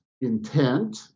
intent